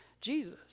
Jesus